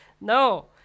no